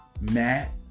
matt